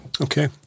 Okay